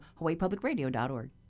HawaiiPublicRadio.org